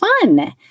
fun